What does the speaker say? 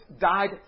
died